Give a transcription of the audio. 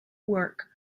work